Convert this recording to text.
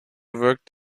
worked